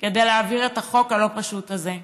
כדי להעביר את החוק הלא-פשוט הזה,